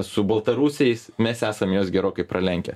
su baltarusiais mes esam juos gerokai pralenkę